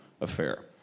affair